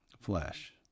flesh